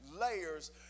Layers